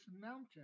mountain